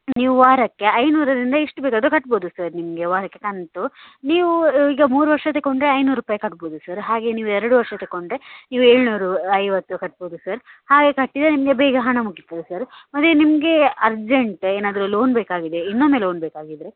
ನೀವು ವಾರಕ್ಕೆ ಐನೂರರಿಂದ ಎಷ್ಟು ಬೇಕಾದರೂ ಕಟ್ಬೌದು ಸರ್ ನಿಮಗೆ ವಾರಕ್ಕೆ ಕಂತು ನೀವು ಈಗ ಮೂರು ವರ್ಷ ತೆಕೊಂಡರೆ ಐನೂರು ರೂಪಾಯಿ ಕಟ್ಬೌದು ಸರ್ ಹಾಗೆ ನೀವು ಎರಡು ವರ್ಷ ತೆಕೊಂಡರೆ ನೀವು ಏಳ್ನೂರ ಐವತ್ತು ಕಟ್ಬೌದು ಸರ್ ಹಾಗೆ ಕಟ್ಟಿದ್ರೆ ನಿಮಗೆ ಬೇಗ ಹಣ ಮುಗೀತದೆ ಸರ್ ಮತ್ತೆ ನಿಮಗೆ ಅರ್ಜೆಂಟ್ ಏನಾದರೂ ಲೋನ್ ಬೇಕಾಗಿದೆ ಇನ್ನೊಮ್ಮೆ ಲೋನ್ ಬೇಕಾಗಿದ್ದರೆ